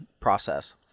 process